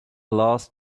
last